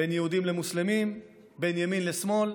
בין יהודים למוסלמים, בין ימין לשמאל,